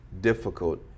difficult